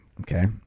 Okay